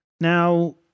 Now